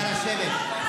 נא לשבת.